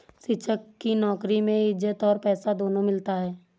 शिक्षक की नौकरी में इज्जत और पैसा दोनों मिलता है